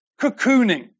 cocooning